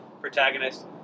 protagonist